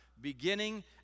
beginning